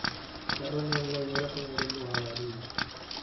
ఎర్ర నేలలో ఏ రకం ఎరువులు వాడాలి?